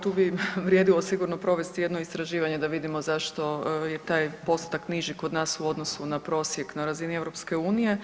Tu bi vrijedilo sigurno provesti jedno istraživanje da vidimo zašto je taj postotak niži kod nas u odnosu na prosjek na razini Europske unije.